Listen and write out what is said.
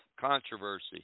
controversy